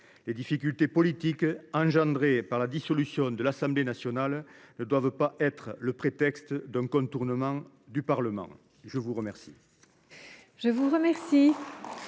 Les difficultés politiques engendrées par la dissolution de l’Assemblée nationale ne doivent pas servir de prétexte au contournement du Parlement. La parole